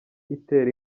itera